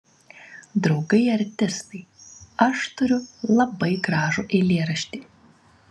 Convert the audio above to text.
draugai artistai aš turiu labai gražų eilėraštį